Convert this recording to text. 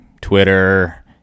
Twitter